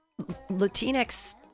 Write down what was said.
latinx